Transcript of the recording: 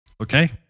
Okay